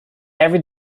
every